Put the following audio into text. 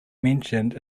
mentioned